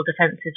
defenses